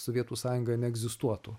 sovietų sąjunga neegzistuotų